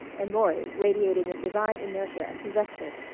and maury radiating a divine inertia as he rested,